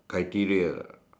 criteria lah